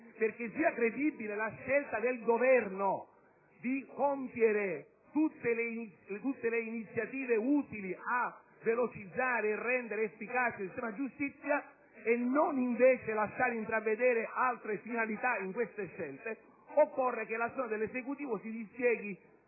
perché sia credibile la scelta del Governo di compiere tutte le iniziative utili a velocizzare e a rendere efficace il sistema giustizia, e per non lasciar intravedere altre finalità in queste scelte, occorre che l'azione dell'Esecutivo si dispieghi